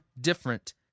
different